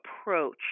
approach